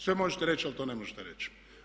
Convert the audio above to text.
Sve možete reći ali to ne možete reći.